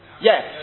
Yes